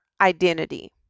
identity